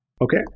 Okay